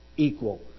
Equal